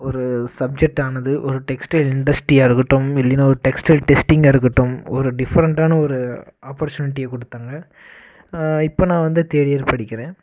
ஒரு சப்ஜெக்டானது ஒரு டெக்ஸ்டைல் இண்டஸ்ட்ரியாக இருக்கட்டும் இல்லைன்னா ஒரு டெக்ஸ்டைல் டெஸ்டிங்காக இருக்கட்டும் ஒரு டிஃபரண்டான ஒரு ஆப்பர்சுனிட்டியை கொடுத்தாங்க இப்போ நான் வந்து தேர்ட் இயர் படிக்கிறேன்